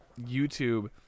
YouTube